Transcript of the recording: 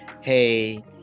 hey